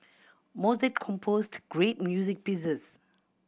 Mozart composed great music pieces